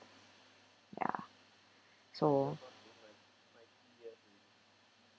ya so